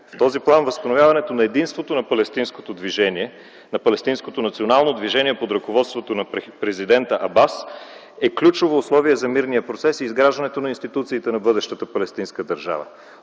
В този план възстановяването на единството на палестинското национално движение под ръководството на президента Абас е ключово условие за мирния процес и изграждането на институциите на бъдещата палестинска държава.